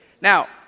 Now